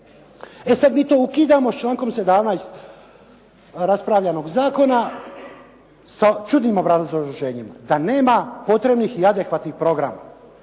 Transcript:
E sad mi to ukidamo s člankom 17. raspravljanog zakona sa čudnim obrazloženjima da nema potrebnih i adekvatnih programa.